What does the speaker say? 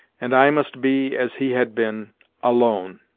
and i must be, as he had been alone,